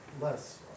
less